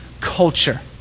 culture